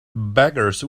beggars